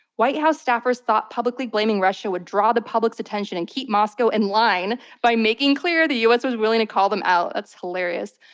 white house staffers thought publicly blaming russia would draw the public's attention and keep moscow in line by making clear the us was willing to call them out. that's hilarious.